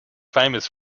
famous